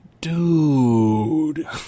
dude